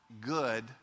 good